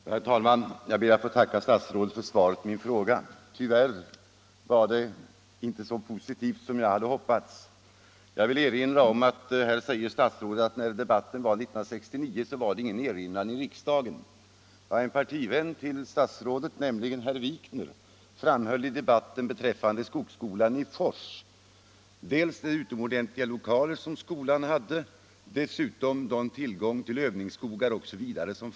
Herr talman! Jag ber att få tacka statsrådet för svaret på min fråga. Tyvärr var det inte så positivt som jag hade hoppats. Statsrådet säger att riksdagen inte hade någon erinran när frågan om skogsinstitutets förläggning debatterades 1969. Jag vill emellertid påminna om att en partivän till statsrådet, herr Wikner, framhöll i debatten beträffande skogsskolan i Fors dels skolans utomordentliga lokaler, dels skolans tillgång till övningsskogar i närheten.